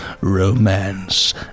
romance